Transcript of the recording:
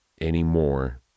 anymore